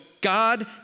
God